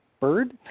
bird